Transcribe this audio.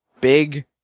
big